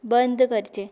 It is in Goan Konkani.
बंद करचें